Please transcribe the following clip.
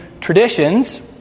traditions